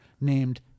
named